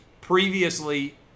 Previously